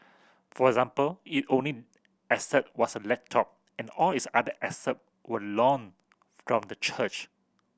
for example it only asset was a laptop and all its other asset were loaned from the church